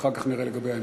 אחר כך נראה לגבי ההמשך.